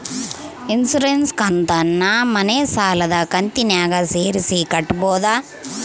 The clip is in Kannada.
ಇನ್ಸುರೆನ್ಸ್ ಕಂತನ್ನ ಮನೆ ಸಾಲದ ಕಂತಿನಾಗ ಸೇರಿಸಿ ಕಟ್ಟಬೋದ?